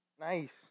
Nice